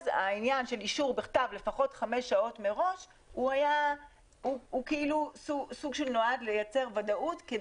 העניין של אישור בכתב של לפחות חמש שעות מראש זה דבר שנועד לייצר ודאות.